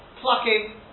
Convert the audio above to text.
plucking